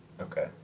Okay